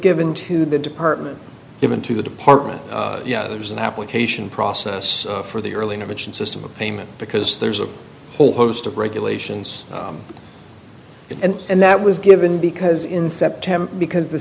given to the department even to the department yeah there's an application process for the early intervention system of payment because there's a whole host of regulations and that was given because in september because the